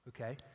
Okay